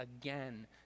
again